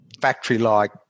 factory-like